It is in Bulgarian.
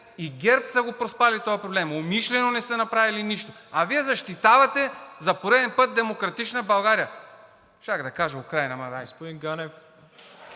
и ГЕРБ са го проспали този проблем, умишлено не са направили нищо. А Вие защитавате за пореден път „Демократична България“. Щях да кажа Украйна, ама